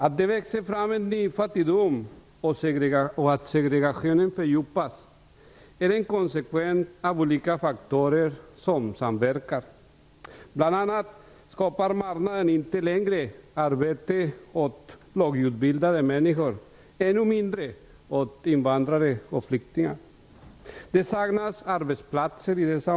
Att det växer fram en ny fattigdom och att segregationen fördjupas är en konsekvens av olika faktorer som samverkar. Bl.a. skapar marknaden inte längre arbete åt lågutbildade människor och ännu mindre åt invandrare och flyktingar. Det saknas arbetsplatser.